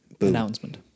Announcement